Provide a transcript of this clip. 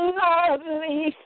lovely